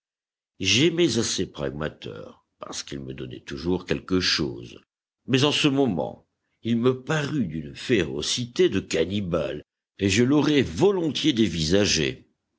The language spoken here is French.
j'aimais assez pragmater parce qu'il me donnait toujours quelque chose mais en ce moment il me parut d'une férocité de cannibale et je l'aurais volontiers